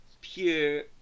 pure